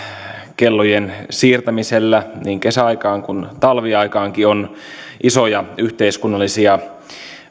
kellojen siirtämisellä niin kesäaikaan kuin talviaikaankin on isoja yhteiskunnallisia